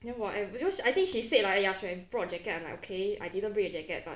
then whatever because I think she said like I should have brought jacket like ya okay I didn't bring a jacket but